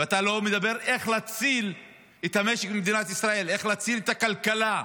ולא מדבר על איך להציל את המשק במדינת ישראל ואיך להציל את הכלכלה.